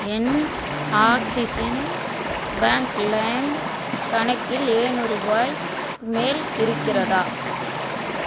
என் ஆக்ஸிஸின் பேங்க் லைம் கணக்கில் எழுநூறுபாய் மேல் இருக்கிறதா